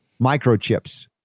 microchips